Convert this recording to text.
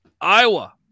Iowa